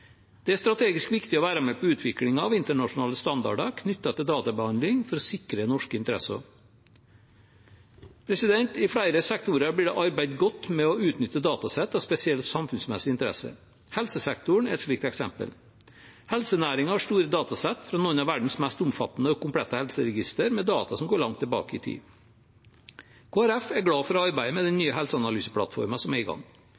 Det er strategisk viktig å være med på utviklingen av internasjonale standarder knyttet til databehandling for å sikre norske interesser. I flere sektorer blir det arbeidet godt med å utnytte datasett av spesiell samfunnsmessig interesse. Helsesektoren er et slikt eksempel. Helsenæringen har store datasett fra noen av verdens mest omfattende og komplette helseregistre, med data som går langt tilbake i tid. Kristelig Folkeparti er glad for å arbeide med den nye helseanalyseplattformen som er i gang.